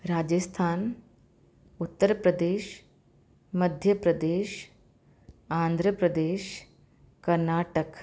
Rajasthan Uttar Pradesh Madhya Pradesh Andhra Pradesh Karnataka